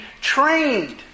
trained